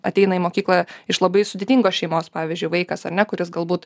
ateina į mokyklą iš labai sudėtingos šeimos pavyzdžiui vaikas ar ne kuris galbūt